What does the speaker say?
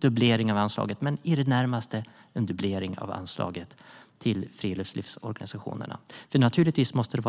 Det blir i det närmaste en dubblering av anslagen till friluftslivsorganisationerna. Naturligtvis måste